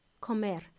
comer